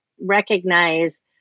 recognize